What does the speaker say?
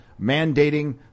mandating